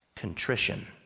Contrition